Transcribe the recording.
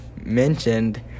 mentioned